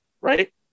right